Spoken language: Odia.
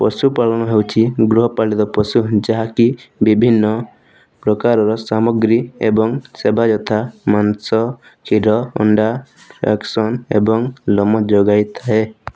ପଶୁପାଳନ ହେଉଛି ଗୃହପାଳିତ ପଶୁ ଯାହାକି ବିଭିନ୍ନ ପ୍ରକାରର ସାମଗ୍ରୀ ଏବଂ ସେବା ୟଥା ମାଂସ କ୍ଷୀର ଅଣ୍ଡା ଏବଂ ଲୋମ ଯୋଗାଇଥାଏ